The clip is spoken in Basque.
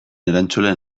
erantzule